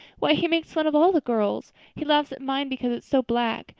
why, he makes fun of all the girls. he laughs at mine because it's so black.